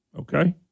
okay